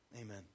Amen